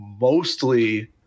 mostly